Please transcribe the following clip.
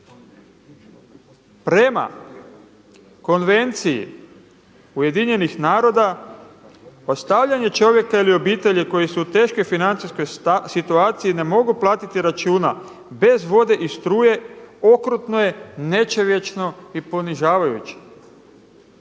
Prema konvenciji Ujedinjenih naroda o stavljanju čovjeka ili obitelji koji su u teškoj financijskoj situaciji ne mogu platiti račune bez vode i struje okrutno je, nečovječno i ponižavajuće.